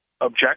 object